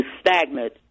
stagnant